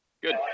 Good